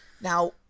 Now